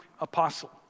apostle